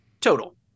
total